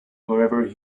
wherever